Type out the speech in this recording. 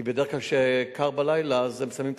כי בדרך כלל כשקר בלילה אז הם שמים את